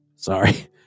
sorry